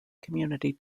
community